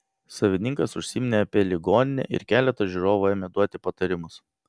savininkas užsiminė apie ligoninę ir keletas žiūrovų ėmė duoti patarimus